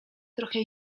trochę